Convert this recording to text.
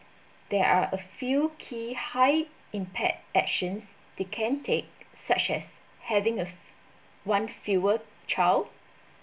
there are a few key high impact actions they can take such as having a f~one fewer child